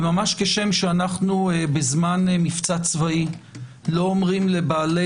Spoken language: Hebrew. וממש כשדם שאנחנו בזמן מבצע צבאי לא אומרים לבעלי